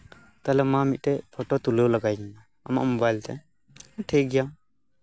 ᱛᱟᱦᱞᱮ ᱢᱟ ᱢᱤᱫᱴᱮᱡ ᱯᱷᱳᱴᱚ ᱛᱩᱞᱟᱹᱣ ᱞᱟᱜᱟᱭᱤᱧ ᱢᱮ ᱟᱢᱟᱜ ᱢᱳᱵᱟᱭᱤᱞ ᱛᱮ ᱴᱷᱤᱠ ᱜᱮᱭᱟ